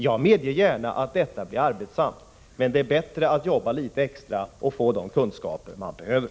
Jag medger gärna att detta blir arbetsamt, men det är bättre att jobba litet extra och få de kunskaper man behöver!